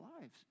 lives